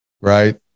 right